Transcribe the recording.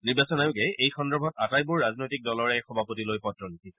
নিৰ্বাচন আয়োগে এই সন্দৰ্ভত আটাইবোৰ ৰাজনৈতিক দলৰে সভাপতিলৈ পত্ৰ লিখিছে